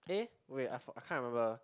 eh wait I can't remember